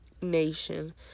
nation